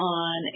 on